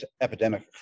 epidemic